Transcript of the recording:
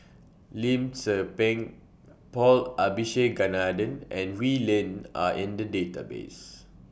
Lim Tze Peng Paul Abisheganaden and Wee Lin Are in The databases